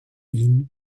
ihn